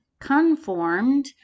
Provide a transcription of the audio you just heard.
conformed